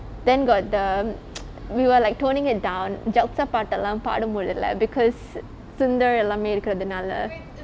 then got the we were like toning it down jalsa பாட்டெல்லா பாட முடிலே:jalsa paatellam paada mudilae because sundar எல்லாமே இருக்குறதுனாலே:ellame irukarathunaale